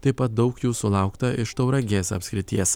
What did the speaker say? taip pat daug jų sulaukta iš tauragės apskrities